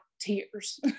tears